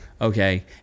Okay